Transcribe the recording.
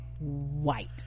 White